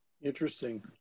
Interesting